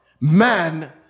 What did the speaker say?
man